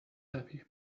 happy